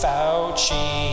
Fauci